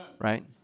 right